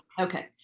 Okay